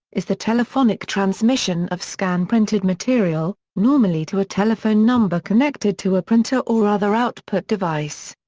is the telephonic transmission of scanned printed material, normally to a telephone number connected to a printer or other output device.